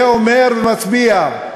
זה אומר ומצביע,